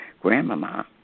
grandmama